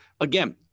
again